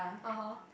(aha)